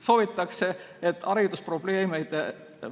soovitakse, et haridusprobleemide